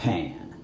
Pan